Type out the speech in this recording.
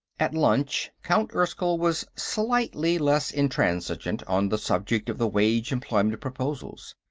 at lunch, count erskyll was slightly less intransigent on the subject of the wage-employment proposals.